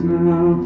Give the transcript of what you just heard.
now